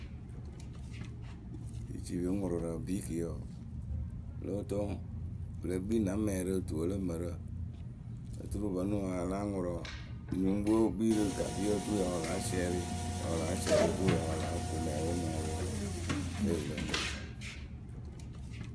Jicipiŋʊrʊrǝ bikiyǝ wǝǝ, lóo toŋ pɨ le kpii na mɛŋwǝ rɨ tuwǝ we lǝ mǝrǝ. Oturu vǝ́ nɨŋ a ya láa ŋʊrʊ wǝǝ, nyuŋkpǝ we wɨ kpii rɨ gaviyǝ we oturu ya wɨ láa siɛrɩ ya wɨ láa siɛrɩ ya wɨ láa siɛrɩ oturu ya wɨ lóo kuŋ mɛŋwǝ wɨ ŋ mɨ ŋʊrʊ rɨ feeyǝ we lo oŋuŋkǝ.